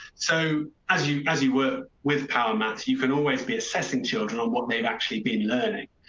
so as you as you work with power math, you can always be assessing children on what they've actually been learning,